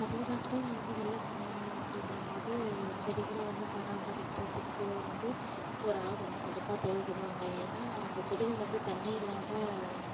அதிக நாட்கள் நான் வந்து வெளில போகணும் அப்படின்னம்போது செடிகளை வந்து பராமரிக்கிறத்துக்கு வந்து ஒரு ஆள் வந்து கண்டிப்பாக தேவைப்படுவாங்க ஏன்னா அந்த செடிகள் வந்து தண்ணி இல்லாமல்